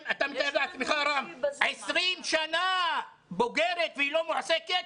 אתה מתאר לעצמך, רם, 20 שנה בוגרת והיא לא מועסקת.